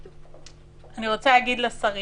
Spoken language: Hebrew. לשרים: